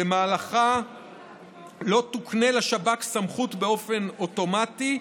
שבמהלכם לא תוקנה לשב"כ סמכות באופן אוטומטי,